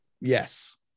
Yes